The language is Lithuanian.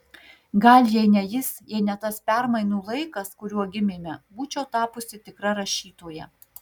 gal jei ne jis jei ne tas permainų laikas kuriuo gimėme būčiau tapusi tikra rašytoja